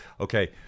Okay